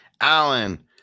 Allen